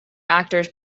actors